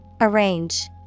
Arrange